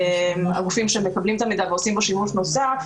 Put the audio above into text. הגופים שמקבלים את המידע ועושים בו שימוש נוסף,